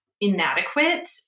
inadequate